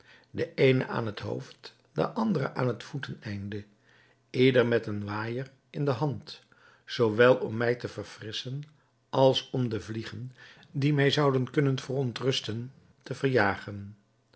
de eene aan het hoofd de andere aan het voeteneinde ieder met een waaijer in de hand zoowel om mij te verfrisschen als om de vliegen die mij zouden kunnen verontrusten te verjagen